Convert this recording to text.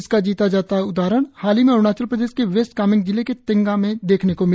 इसका जीता जागता उदाहरण हाल ही में अरुणाचल प्रदेश के वेस्ट कामेंग जिले के तेंगा में देखने को मिला